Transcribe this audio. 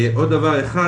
עוד דבר אחד,